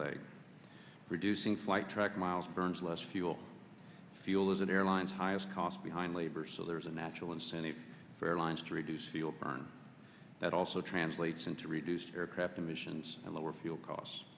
leg reducing flight track miles burns less fuel fuel is an airline's highest cost behind labor so there is a natural incentive for airlines to reduce fuel burn that also translates into reduced aircraft emissions and lower fuel costs